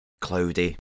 cloudy